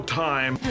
time